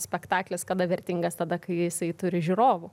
spektaklis kada vertingas tada kai jisai turi žiūrovų